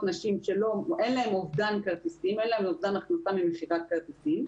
נשים שאין להן אובדן הכנסה ממכירת כרטיסים.